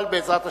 אבל בעזרת השם,